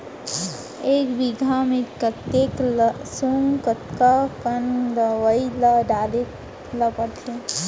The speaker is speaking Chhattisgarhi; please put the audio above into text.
एक बीघा में कतेक लहसुन कतका कन दवई ल डाले ल पड़थे?